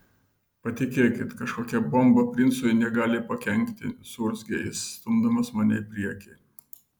patikėkit kažkokia bomba princui negali pakenkti suurzgė jis stumdamas mane į priekį